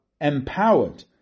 empowered